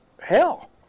hell